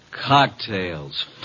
Cocktails